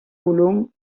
volum